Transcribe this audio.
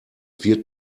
wird